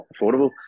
affordable